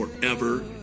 forever